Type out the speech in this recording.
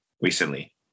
recently